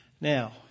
Now